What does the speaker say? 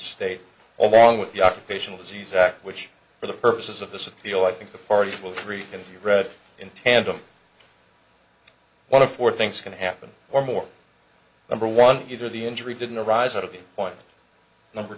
wrong with the occupational disease act which for the purposes of the deal i think the parties will treat as you read in tandem one of four things can happen or more number one either the injury didn't arise out of the point number